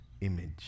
image